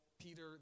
Peter